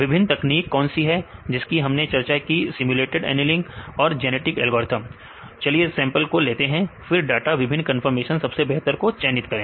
विभिन्न तकनीक कौन सी है जिसकी हम ने चर्चा की सिम्युलेटेड एनीलिंग और जेनेटिक एल्गोरिथम चलिए सैंपल को लेते हैं फिर डाटा विभिन्न कंफर्मेशन सबसे बेहतर को चयनित करें